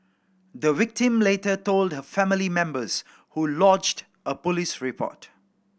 the victim later told her family members who lodged a police report